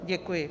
Děkuji.